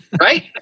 Right